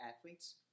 athletes